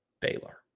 Baylor